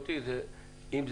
אמנם זה